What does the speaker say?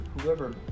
Whoever